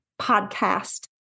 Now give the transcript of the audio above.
podcast